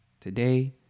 Today